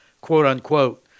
quote-unquote